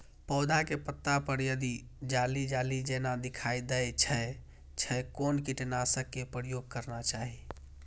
पोधा के पत्ता पर यदि जाली जाली जेना दिखाई दै छै छै कोन कीटनाशक के प्रयोग करना चाही?